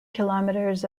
kilometers